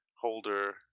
Holder